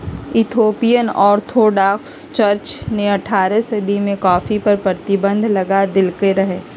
Ethiopian orthodox church ने अठारह सदी में कॉफ़ी पर प्रतिबन्ध लगा देलकइ रहै